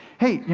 hey, yeah